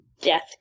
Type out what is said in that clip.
death